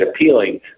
appealing